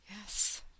Yes